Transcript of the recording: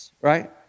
right